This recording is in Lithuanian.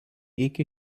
iki